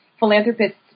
Philanthropists